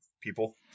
people